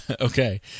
Okay